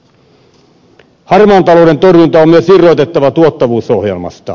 harmaan talouden torjunta on myös irrotettava tuottavuusohjelmasta